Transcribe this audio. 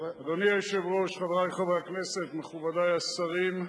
אדוני היושב-ראש, חברי חברי הכנסת, מכובדי השרים,